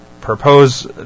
propose